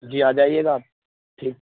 جی آجائیے گا آپ ٹھیک